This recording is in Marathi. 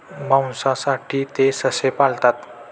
मांसासाठी ते ससे पाळतात